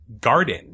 garden